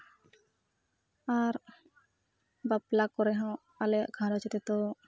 ᱟᱨ ᱵᱟᱯᱞᱟ ᱠᱚᱨᱮ ᱦᱚᱸ ᱟᱞᱮᱭᱟᱜ ᱜᱷᱟᱨᱚᱸᱡᱽ ᱨᱮᱫᱚ